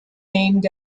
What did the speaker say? named